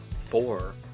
four